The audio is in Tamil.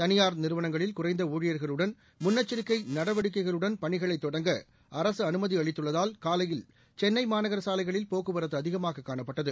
தனியார் நிறுவனங்களில் குறைந்த ஊழியர்களுடன் முன்னெச்சிக்கை நடவடிக்கைகளுடன் பணிகளை தொடங்க அரசு அனுமதி அளித்துள்ளதால் காலையில் சென்னை மாநகர சாலைகளில் போக்குவரத்து அதிகமாக காணப்பட்டது